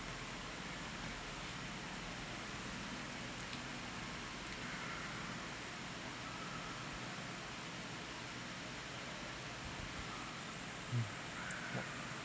mm